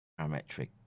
parametric